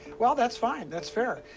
well, that's fine. that's fair.